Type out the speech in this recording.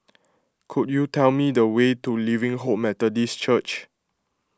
could you tell me the way to Living Hope Methodist Church